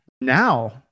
now